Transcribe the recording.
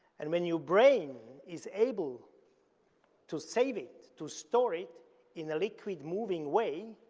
and when your brain is able to save it, to store it in a liquid, moving way,